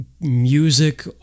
music